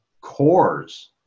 cores